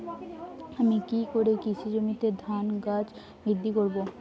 আমি কী করে কৃষি জমিতে ধান গাছ বৃদ্ধি করব?